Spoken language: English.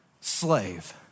slave